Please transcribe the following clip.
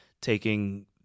taking